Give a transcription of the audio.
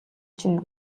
чинь